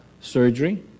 Surgery